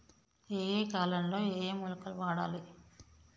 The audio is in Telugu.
ఏయే కాలంలో ఏయే మొలకలు వాడాలి?